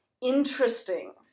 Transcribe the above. interesting